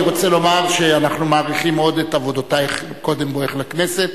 אני רוצה לומר שאנחנו מעריכים מאוד את עבודותייך קודם בואך לכנסת,